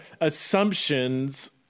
assumptions